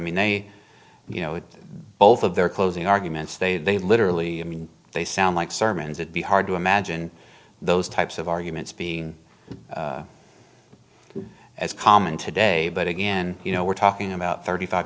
mean they you know both of their closing arguments they they literally mean they sound like sermons it be hard to imagine those types of arguments being as common today but again you know we're talking about thirty five